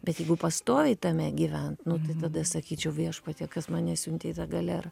bet jeigu pastoviai tame gyvent nu tada sakyčiau viešpatie kas mane siuntė į tą galerą